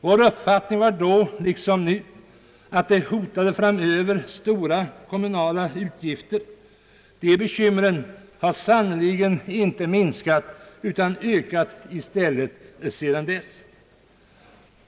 Vår uppfattning var då, liksom nu, att framöver hotade stora kommunala utgifter. De bekymren har sannerligen inte minskat utan i stället ökat sedan dess.